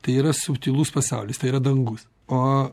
tai yra subtilus pasaulis tai yra dangus o